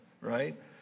right